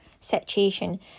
situation